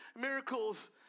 miracles